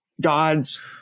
God's